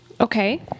Okay